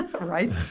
Right